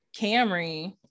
Camry